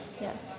yes